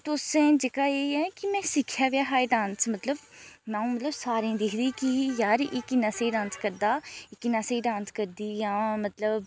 तुसें जेह्का एह् ऐ कि में सिक्खेआ ते ऐ हा ए ह् डांस अ'ऊं मतलब सारें गी दिखदी ही कि एह् किन्ना स्हेई डांस करदा एह् किन्ना स्हेई डांस करदी जां मतलब